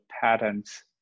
patents